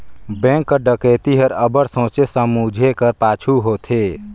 bank कर डकइती हर अब्बड़ सोंचे समुझे कर पाछू होथे